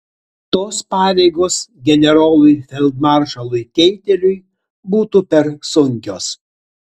tos pareigos generolui feldmaršalui keiteliui būtų per sunkios